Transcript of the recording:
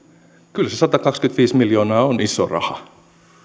kyllä se satakaksikymmentäviisi miljoonaa on iso raha